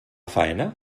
faena